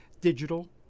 digital